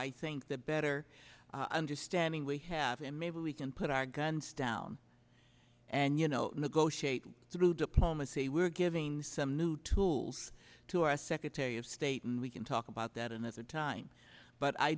i think the better understanding we have and maybe we can put our guns down and you know negotiate through diplomacy we're giving some new tools to our secretary of state and we can talk about that and at the time but i